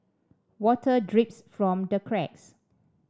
water drips from the cracks